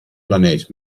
planeet